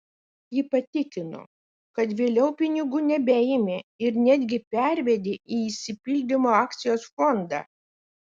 ji patikino kad vėliau pinigų nebeėmė ir netgi pervedė į išsipildymo akcijos fondą